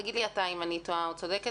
אסף, תגיד לי אתה אם אני טועה או צודקת.